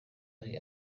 ari